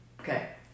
Okay